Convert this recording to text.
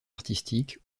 artistiques